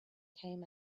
came